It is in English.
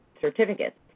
certificates